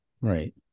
right